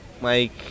Mike